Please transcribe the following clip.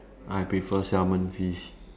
I prefer salmon fish